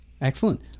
Excellent